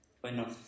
Bueno